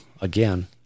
again